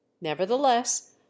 nevertheless